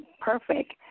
perfect